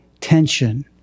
tension